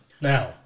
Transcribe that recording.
Now